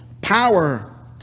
power